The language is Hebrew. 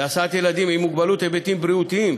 להסעת ילדים עם מוגבלות היבטים בריאותיים,